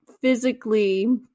physically